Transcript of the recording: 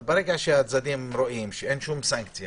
אבל ברקע שהצדדים רואים שאין סנקציות